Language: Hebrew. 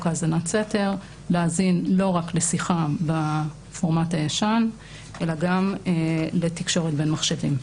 האזנת סתר להאזין לא רק לשיחה בפורמט הישן אלא גם לתקשורת בין מחשבים.